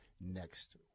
next